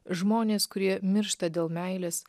žmonės kurie miršta dėl meilės